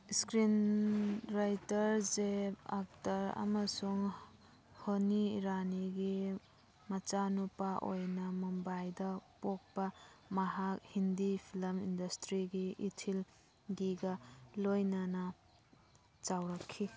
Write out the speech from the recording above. screen writer Zeb Akhtar ꯑꯃꯁꯨꯡ ꯍꯣꯅꯤ ꯔꯥꯅꯤꯒꯤ ꯃꯆꯥꯅꯨꯄꯥ ꯑꯣꯏꯅ ꯃꯨꯝꯕꯥꯏꯗ ꯄꯣꯛꯄ ꯃꯍꯥꯛ ꯍꯤꯟꯗꯤ ꯐꯤꯂꯝ ꯏꯟꯗꯁꯇ꯭ꯔꯤꯒꯤ ꯏꯊꯤꯜꯒꯤꯒ ꯂꯣꯏꯅꯅ ꯆꯥꯎꯔꯛꯈꯤ